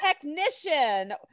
technician